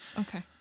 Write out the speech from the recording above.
Okay